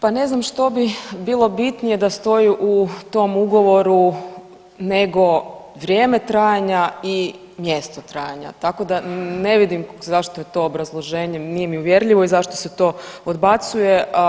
Pa ne znam što bi bilo bitnije da stoji u tom ugovoru nego vrijeme trajanja i mjesto trajanja tako da ne vidim zašto je to obrazloženje, nije mi uvjerljivo i zašto se to odbacuje.